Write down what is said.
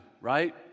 right